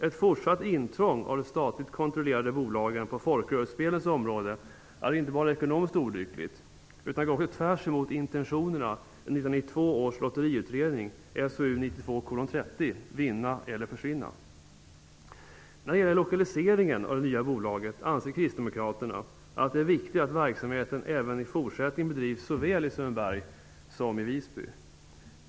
Ett fortsatt intrång av de statligt kontrollerade bolagen på folkrörelsespelens område är inte bara ekonomiskt olyckligt utan går också tvärtemot intentionerna i betänkandet från 1992 års lotteriutredning, SOU 1992:30, Vinna eller försvinna. När det gäller lokaliseringen av det nya bolaget anser kristdemokraterna att det är viktigt att verksamheten även i fortsättningen bedrivs såväl i Sundbyberg som i Visby.